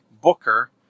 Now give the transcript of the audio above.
Booker